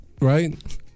right